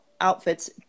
outfits